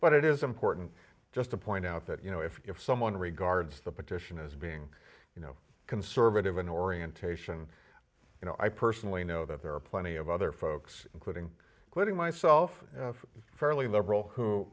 but it is important just to point out that you know if someone regards the petition as being you know conservative in orientation you know i personally know that there are plenty of other folks including quitting myself fairly liberal who